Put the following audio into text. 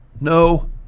no